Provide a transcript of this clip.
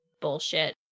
Bullshit